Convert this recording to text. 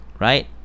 right